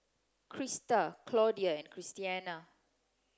Crysta Claudia and Christiana